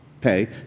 pay